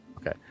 Okay